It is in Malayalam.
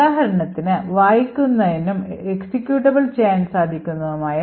ഉദാഹരണത്തിന് വായിക്കാവുന്നതും എക്സിക്യൂട്ടബിൾ ചെയ്യാൻ സാധിക്കുന്നതുമായ